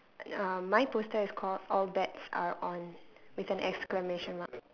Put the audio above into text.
uh my poster is called all bets are on with an exclamation mark